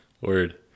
Word